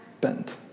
bent